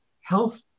health